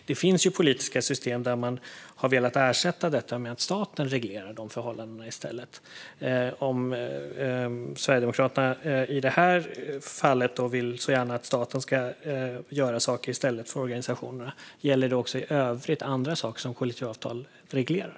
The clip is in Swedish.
Det finns politiska system där man har velat ersätta detta med att staten i stället reglerar de förhållandena. Om Sverigedemokraterna i detta fall så gärna vill att staten ska göra saker i stället för organisationerna, gäller detta också andra saker som kollektivavtal reglerar?